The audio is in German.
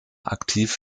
aktiv